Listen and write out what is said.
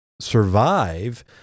survive